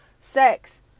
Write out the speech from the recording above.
sex